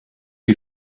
you